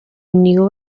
knew